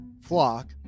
flock